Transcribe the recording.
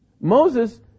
Moses